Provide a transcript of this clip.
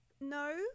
No